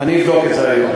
אני אבדוק את זה היום.